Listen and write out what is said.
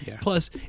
Plus